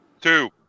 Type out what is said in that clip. Two